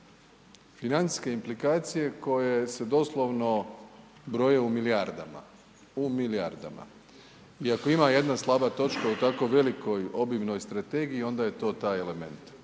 financijske implikacije koje se doslovno broje u milijardama, u milijardama i ako ima jedna slaba točka u tako velikoj obimnoj strategiji onda je to taj element.